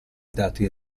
dati